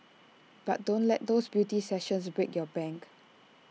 but don't let those beauty sessions break your bank